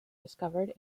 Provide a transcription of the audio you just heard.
discovered